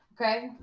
Okay